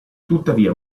tuttavia